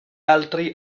altri